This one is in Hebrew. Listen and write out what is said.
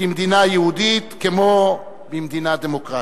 כמדינה יהודית, כמו במדינה דמוקרטית,